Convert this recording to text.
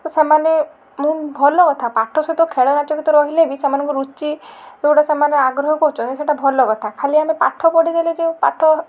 ତ ସେମାନେ ମେନ ଭଲ କଥା ପାଠ ସହିତ ଖେଳ ନାଚ ଗୀତ ରହିଲେ ବି ସେମାନଙ୍କ ରୁଚି ଯେଉଁଟା ସେମାନେ ଆଗ୍ରହ କରୁଛନ୍ତି ସେଇଟା ଭଲ କଥା ଖାଲି ମାନେ ପାଠ ପଢ଼ିଦେଲେ ଯେ ପାଠ